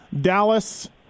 Dallas –